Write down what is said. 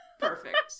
Perfect